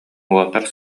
уолаттар